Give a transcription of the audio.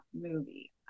movie